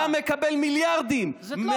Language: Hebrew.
אתה מקבל מיליארדים, זו לא תשובה.